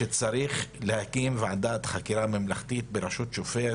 שצריך להקים ועדת חקירה ממלכתית בראשות שופט,